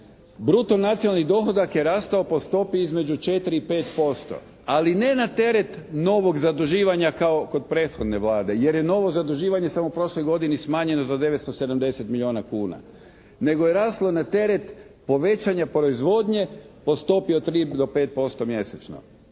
bruto nacionalni dohodak je rastao po stopi između 4 i 5%, ali ne na teret novog zaduživanja kao kod prethodne Vlade, jer je novo zaduživanje samo u prošloj godini smanjeno za 970 milijuna kuna nego je raslo na teret povećanja proizvodnje po stopi od 3 do 5% mjesečno.